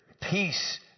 Peace